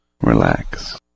Relax